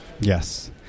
Yes